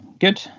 good